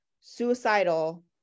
suicidal